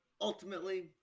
ultimately